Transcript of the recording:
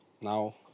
now